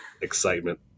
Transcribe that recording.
Excitement